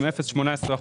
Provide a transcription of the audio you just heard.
הם 0.18 אחוז.